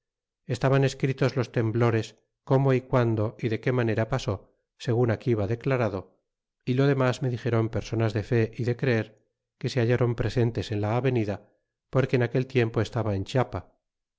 estaban escritos los temblores cómo y guando y de qué manera pasó segun aquí va declarado y lo demas me dixéron personas de fe y de creer que se hailáron presentes en la avenida porque en aquel tiempo estaba en chiapa